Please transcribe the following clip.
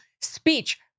speech